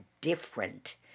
different